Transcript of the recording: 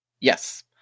Yes